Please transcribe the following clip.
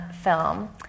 film